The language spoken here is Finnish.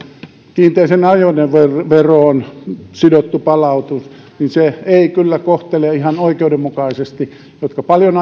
kiinteään ajoneuvoveroon sidottu palautus ei kyllä kohtele ihan oikeudenmukaisesti ne jotka paljon